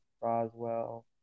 Roswell